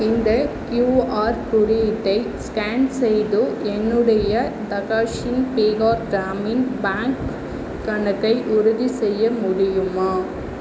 இந்த கியூஆர் குறியீட்டை ஸ்கேன் செய்து என்னுடைய தகஷின் பீகார் கிராமின் பேங்க் கணக்கை உறுதிசெய்ய முடியுமா